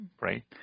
right